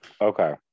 okay